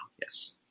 Yes